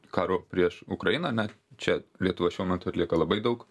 karu prieš ukrainą ne čia lietuva šiuo metu atlieka labai daug